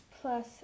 Plus